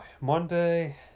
Monday